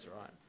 right